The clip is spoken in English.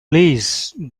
please